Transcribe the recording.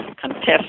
contest